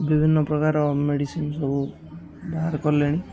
ବିଭିନ୍ନ ପ୍ରକାର ମେଡ଼ିସିନ ସବୁ ବାହାର କଲେଣି